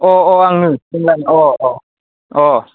अ अ आंनो सिमलानि अ अ अ